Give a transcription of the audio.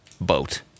boat